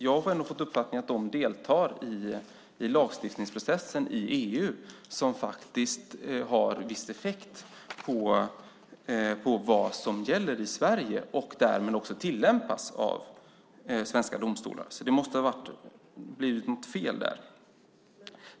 Jag har ändå fått uppfattningen att de deltar i lagstiftningsprocessen i EU, som faktiskt har viss effekt på vad som gäller i Sverige och därmed också tillämpas av svenska domstolar, så det måste ha blivit något fel där.